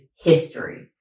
history